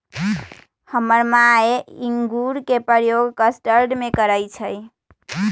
हमर माय इंगूर के प्रयोग कस्टर्ड में करइ छै